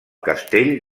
castell